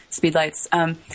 Speedlights